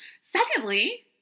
secondly